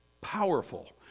powerful